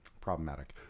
Problematic